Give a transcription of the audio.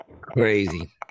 Crazy